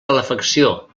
calefacció